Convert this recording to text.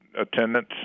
attendance